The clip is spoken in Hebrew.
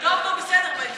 טוב, טוב, בסדר, מרגי.